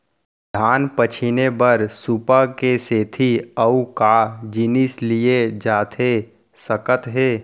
धान पछिने बर सुपा के सेती अऊ का जिनिस लिए जाथे सकत हे?